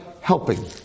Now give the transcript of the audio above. helping